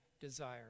desire